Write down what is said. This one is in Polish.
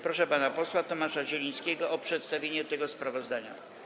Proszę pana posła Tomasza Zielińskiego o przedstawienie tego sprawozdania.